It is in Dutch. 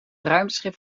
ruimteschip